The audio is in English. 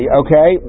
okay